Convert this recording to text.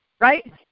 right